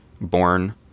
born